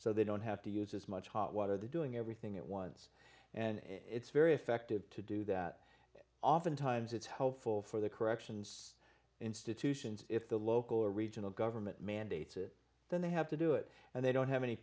so they don't have to use as much hot water they're doing everything at once and it's very effective to do that oftentimes it's helpful for the corrections institutions if the local or regional government mandates it then they have to do it and they don't have any